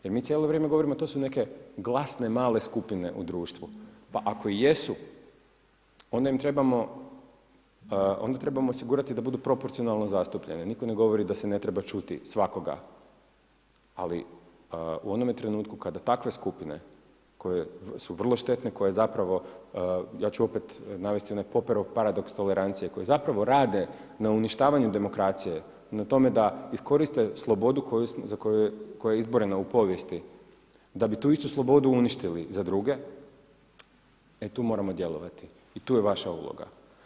Jer mi cijelo vrijeme govorimo to su neke glasne male skupine u društvu pa ako i jesu, onda trebamo osigurati da budu proporcionalno zastupljene, nitko ne govori da se ne treba čuti svakoga, ali u onome trenutku kada takve skupine koje su vrlo štetne, koje zapravo, ja ću opet navesti Poperov paradoks tolerancije, koje zapravo rade na uništavanju demokracije, na tome da iskoriste slobodu koja je izborena u povijesti, da bi tu istu slobodu uništili za druge, e tu moramo djelovati i tu je vaša uloga.